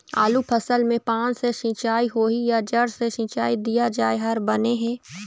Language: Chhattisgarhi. आलू फसल मे पान से सिचाई होही या जड़ से सिचाई दिया जाय हर बने हे?